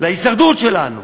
להישרדות שלנו.